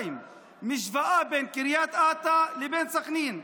השוואה בין קריית אתא לבין סח'נין: